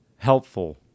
helpful